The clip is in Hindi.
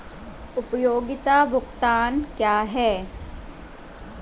उपयोगिता भुगतान क्या हैं?